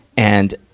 and,